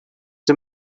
the